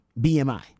BMI